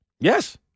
Yes